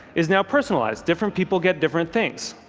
is now personalised different people get different things.